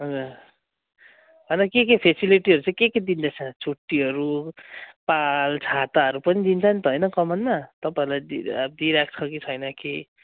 हन के के फ्यासिलिटीहरू चाहिँ के के दिँदैछ छुट्टीहरू पाल छाताहरू पनि दिन्छ नि त होइन कमानमा तपाईँहरूलाई दिई दिइरहेको छ कि छैन कि